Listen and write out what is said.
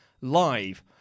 live